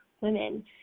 women